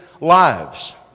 lives